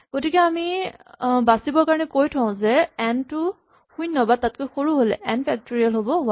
গতিকে আমি বাচিবৰ কাৰণে কৈ থওঁ যে এন টো শূণ্য বা তাতকৈ সৰু হ'লে এন ফেক্টৰিয়েল হ'ব ৱান